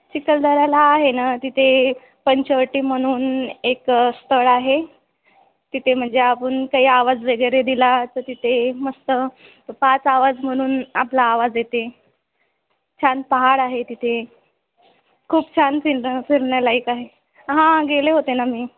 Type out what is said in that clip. चिखलदऱ्याला आहे ना तिथे पंचवटी म्हणून एक स्थळ आहे तिथे म्हणजे आपण काही आवाज वगैरे दिला तर तिथे मस्त पाच आवाज म्हणून आपला आवाज येते छान पहाड आहे तिथे खूप छान फिरणं फिरण्यालायक आहे हां गेले होते ना मी